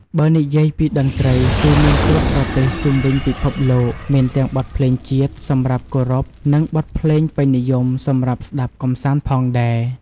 បើនិយាយពីតន្រ្តីគឺមានគ្រប់ប្រទេសជុំវិញពិភពលោក មានទាំងបទភ្លេងជាតិសម្រាប់គោរពនឹងបទភ្លេងពេញនិយមសម្រាប់ស្តាប់កម្សាន្តផងដែរ។